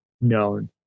known